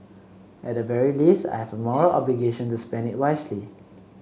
at the very least I have a moral obligation to spend it wisely